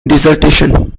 dissertation